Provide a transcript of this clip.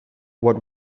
what